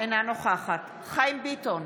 אינה נוכחת חיים ביטון,